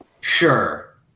Sure